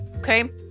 okay